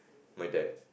my dad